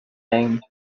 named